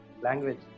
language